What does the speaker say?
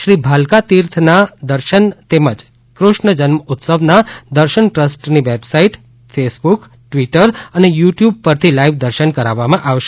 શ્રી ભાલકાતીર્થના દર્શન તેમજ કૃષ્ણ જન્મ ઉત્સવના દર્શન ટ્રસ્ટની વેબસાઇટ ફેસબુક ટ્વીટર અને યુ ટ્યુબ પરથી લાઇવ દર્શન કરાવવામાં આવશે